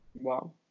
Wow